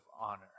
honor